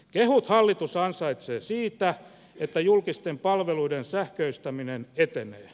kehut hallitus ansaitsee siitä että julkisten palveluiden sähköistäminen etenee